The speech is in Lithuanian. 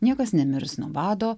niekas nemirs nuo bado